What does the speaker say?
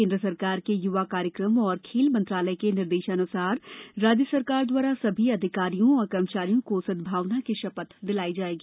केन्द्र सरकार के युवा कार्यक्रम एवं खेल मंत्रालय के निर्देशानुसार राज्य शासन द्वारा सभी अधिकारियों और कर्मचारियों को सदभावना की शपथ दिलाई जायेगी